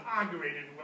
inaugurated